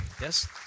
Yes